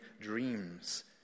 dreams